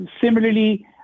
similarly